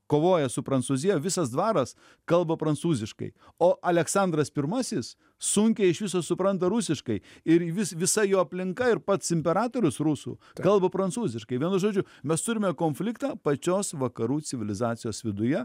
kovoja su prancūzija visas dvaras kalba prancūziškai o aleksandras pirmasis sunkiai iš viso supranta rusiškai ir vis visa jo aplinka ir pats imperatorius rusų kalba prancūziškai vienu žodžiu mes turime konfliktą pačios vakarų civilizacijos viduje